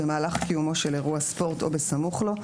במהלך קיומו של אירוע ספורט או בסמוך לו,